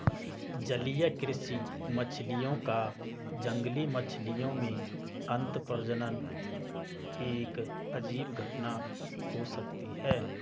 जलीय कृषि मछलियों का जंगली मछलियों में अंतःप्रजनन एक अजीब घटना हो सकती है